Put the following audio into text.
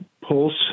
pulse